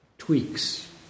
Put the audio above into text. tweaks